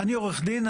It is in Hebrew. אני עורך דין,